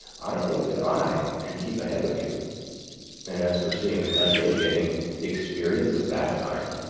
i think that i should keep ahead of you and as for seeing the country and getting experience of that kind,